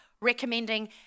recommending